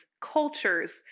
cultures